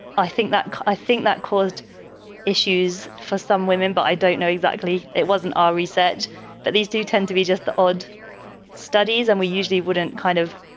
i think that i think that caused issues for some women, but i don't know exactly. it wasn't always said that these do tend to be just the odd studies and we usually wouldn't kind of.